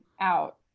out